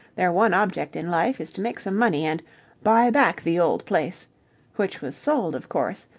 their one object in life is to make some money and buy back the old place which was sold, of course,